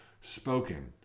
spoken